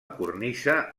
cornisa